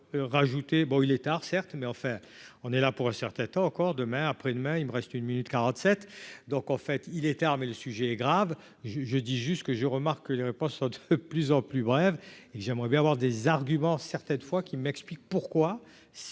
il est tard, certes, mais enfin, on est là pour un certain temps encore demain, après-demain, il me reste une minute 47 donc, en fait, il était, mais le sujet est grave, je, je dis juste que je remarque que les repas sont de plus en plus brève et j'aimerais bien avoir des arguments certaines fois qu'il m'explique pourquoi